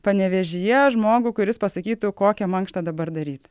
panevėžyje žmogų kuris pasakytų kokią mankštą dabar daryti